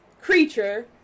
Creature